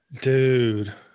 Dude